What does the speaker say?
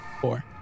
Four